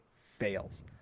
fails